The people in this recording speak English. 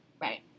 right